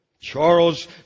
Charles